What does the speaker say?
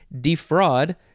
Defraud